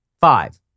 Five